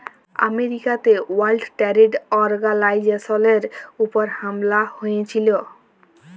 আমেরিকাতে world trade অর্গালাইজেশলের উপর হামলা হঁয়েছিল